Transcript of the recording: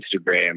Instagram